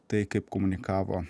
tai kaip komunikavo